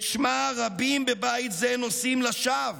שאת שמה רבים בבית זה נושאים לשווא